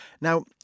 now